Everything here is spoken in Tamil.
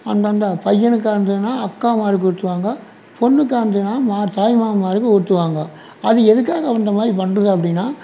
அந்தந்த பையனுக்காக இருந்ததுன்னா அக்காமாருக்கு ஊற்றுவங்க பொண்ணுக்காக இருந்துதுன்னா தாய் மாமன் வரைக்கும் ஊற்றுவாங்க அது எதுக்காக அப்படின்ற மாதிரி பண்ணுறது அப்படினா